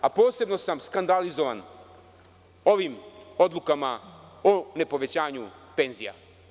Posebno sam skandalizovan ovim odlukama o ne povećanju penzija.